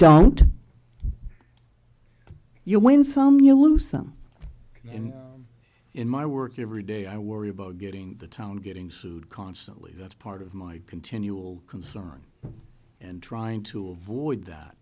don't you win some you lose some and in my work every day i worry about getting the town getting sued constantly that's part of my continual concern and trying to avoid that